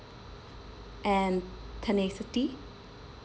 and tenacity